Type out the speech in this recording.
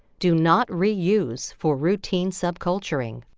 do not reuse for routine sub culturing.